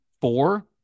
four